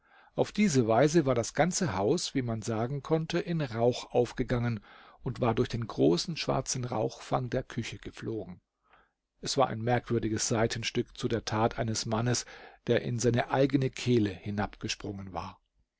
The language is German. auf diese weise war das ganze haus wie man sagen konnte in rauch aufgegangen und war durch den großen schwarzen rauchfang der küche geflogen es war ein merkwürdiges seitenstück zu der tat eines mannes der in seine eigene kehle hinabgesprungen war